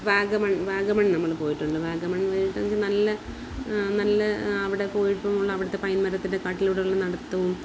വാഗമൺ വാഗമൺ നമ്മൾ പോയിട്ടുണ്ട് വാഗമൺ പോയിട്ട് നമുക്ക് നല്ല നല്ല അവിടെ പോയപ്പോൾ ഉള്ള അവിടുത്തെ പൈൻ മരത്തിൻ്റെ കാട്ടിലൂടെയുള്ള നടത്തവും